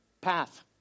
path